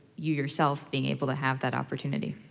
yourself, being able to have that opportunity?